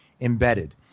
embedded